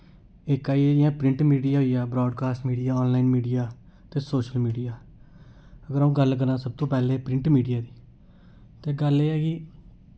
इक आई गेआ जि'यां प्रिंट मीडिया होई गेआ ब्राडकास्ट मीडिया आनलाइन मीडिया ते सोशल मीडिया अगर अ'ऊं गल्ल करां सबतों पैह्लें प्रिंट मीडिया दी ते गल्ल एह् ऐ कि